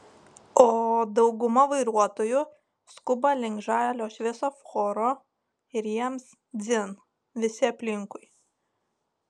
o dauguma vairuotojų skuba link žalio šviesoforo ir jiems dzin visi aplinkui